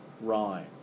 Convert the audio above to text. rhyme